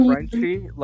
Frenchie